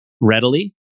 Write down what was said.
readily